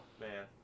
man